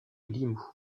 limoux